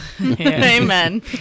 Amen